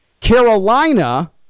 Carolina